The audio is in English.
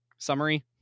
Summary